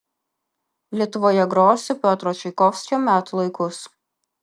lietuvoje grosiu piotro čaikovskio metų laikus